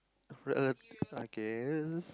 rela~ I guess